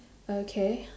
okay